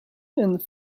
and